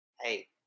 Hey